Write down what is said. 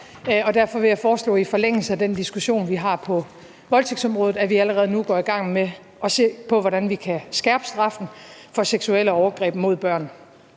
år. Derfor vil jeg i forlængelse af den diskussion, vi har på voldtægtsområdet, foreslå, at vi allerede nu går i gang med at se på, hvordan vi kan skærpe straffen for seksuelle overgreb mod børn.